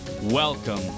Welcome